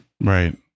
right